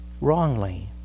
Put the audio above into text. wrongly